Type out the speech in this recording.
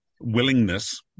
willingness